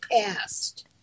past